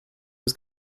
was